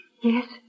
Yes